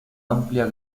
amplia